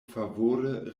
favore